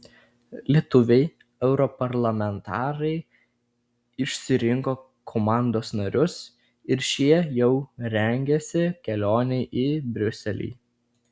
lietuviai europarlamentarai išsirinko komandos narius ir šie jau rengiasi kelionei į briuselį